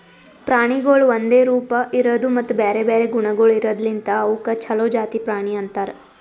ಪ್ರಾಣಿಗೊಳ್ ಒಂದೆ ರೂಪ, ಇರದು ಮತ್ತ ಬ್ಯಾರೆ ಬ್ಯಾರೆ ಗುಣಗೊಳ್ ಇರದ್ ಲಿಂತ್ ಅವುಕ್ ಛಲೋ ಜಾತಿ ಪ್ರಾಣಿ ಅಂತರ್